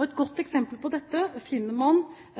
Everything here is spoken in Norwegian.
Et godt eksempel på dette finner man